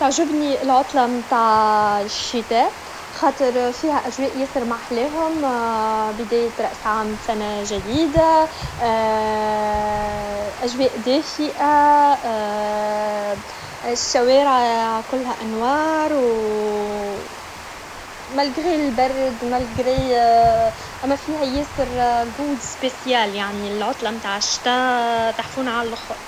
تعجبني العطلة متاع الشتا خاطر فيها أجواء ياسر محلاهم بداية راس عام سنة جديدة أجواء دافءة الشوارع كلها انوار و ملغري البرد ملغري اما فيها جو سبييسيال يعني العطلة متاع الشتا تحفونه عالخر